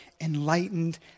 enlightened